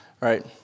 right